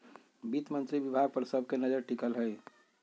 वित्त मंत्री विभाग पर सब के नजर टिकल हइ